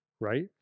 Right